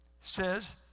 says